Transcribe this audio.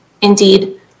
Indeed